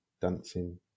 dancing